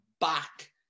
back